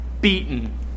beaten